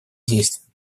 действиям